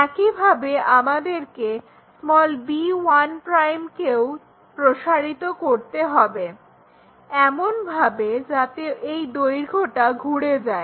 একইভাবে আমাদেরকে b1' কেও প্রসারিত করতে হবে এমনভাবে যাতে এই দৈর্ঘ্যটা ঘুরে যায়